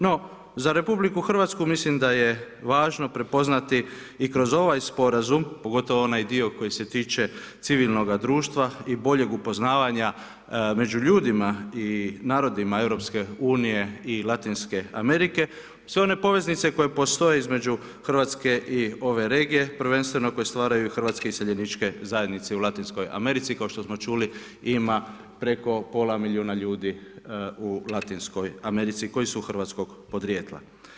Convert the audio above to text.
No, za RH, mislim da je važno prepoznati i kroz ovaj sporazum, pogotovo onaj dio koji se tiče civilnoga društva i boljeg upoznavanja među ljudima i narodima EU i Latinske Amerike, sve one poveznice koje postoje između Hrvatske i ove regije, prvenstveno koje stvaraju hrvatske iseljeničke zajednice u Latinskog Americi, kao što smo čuli ima preko pola milijuna ljudi u Latinskoj Americi koji su hrvatskog porijekla.